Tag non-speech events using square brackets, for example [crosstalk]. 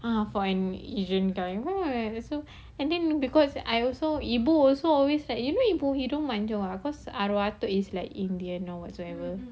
ah for an asian guy [noise] so and then because I also ibu also always like you know ibu hidung mancung ah cause aro~ atuk is like indian or whatsoever